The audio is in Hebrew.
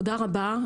תודה רבה.